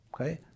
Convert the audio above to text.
okay